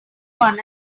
one